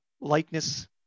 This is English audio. likeness